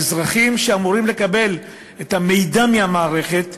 האזרחים שאמורים לקבל את המידע מהמערכת,